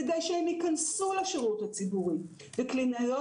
כדי שהם ייכנסו לשירות הציבורי וקלינאיות